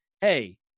Hey